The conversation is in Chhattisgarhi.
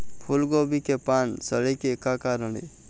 फूलगोभी के पान सड़े के का कारण ये?